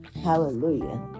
Hallelujah